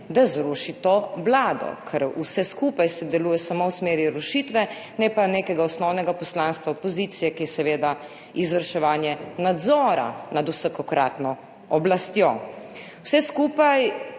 da zruši to vlado, ker vse skupaj deluje samo v smeri rušitve, ne pa nekega osnovnega poslanstva opozicije, ki je seveda izvrševanje nadzora nad vsakokratno oblastjo. Vse skupaj